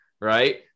right